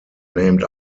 named